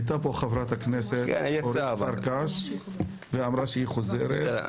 הייתה פה חברת הכנסת אורית פרקש ואמרה שהיא חוזרת,